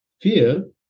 Fear